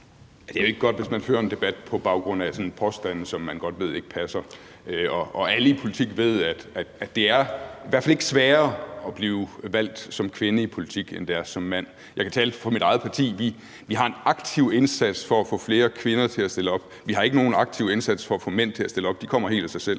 (LA): Ja, det er jo ikke godt, hvis man fører en debat på baggrund af sådan påstande, som man godt ved ikke passer, og alle i politik ved, at det i hvert fald ikke er sværere at blive valgt som kvinde i politik, end det er som mand. Jeg kan tale for mit eget parti; vi har en aktiv indsats for at få flere kvinder til at stille op. Vi har ikke nogen aktiv indsats for at få mænd til at stille op. De kommer helt af sig selv.